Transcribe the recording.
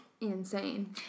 insane